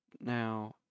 Now